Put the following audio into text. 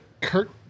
Kurt